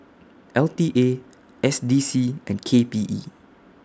L T A S D C and K P E